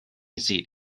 seat